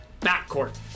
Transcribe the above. backcourt